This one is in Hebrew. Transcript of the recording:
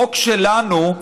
כפי שאתם יודעים, החוק שלנו,